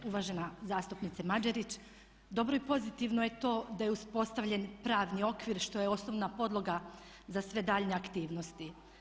Uvažena zastupnice Mađerić, dobro je i pozitivno je to da je uspostavljen pravni okvir što je osnovna podloga za sve daljnje aktivnosti.